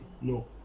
No